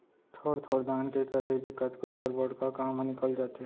थोर थोर दान के करई ले कतको बर बड़का काम ह निकल जाथे